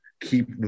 keep